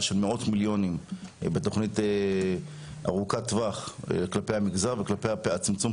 של מאות מיליונים בתוכנית ארוכת-טווח כלפי המגזר וכלפי צמצום הפערים.